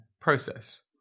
process